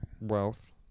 wealth